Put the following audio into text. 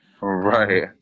Right